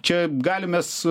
čia galim mes